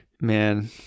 Man